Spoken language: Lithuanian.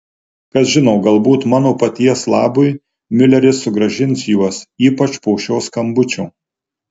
kas žino galbūt mano paties labui miuleris sugrąžins juos ypač po šio skambučio